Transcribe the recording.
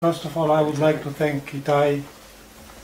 קודם כל, אני רוצה להודות לאיתי